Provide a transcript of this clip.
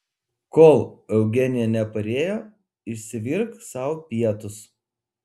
kol eugenija neparėjo išsivirk sau pietus